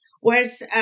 whereas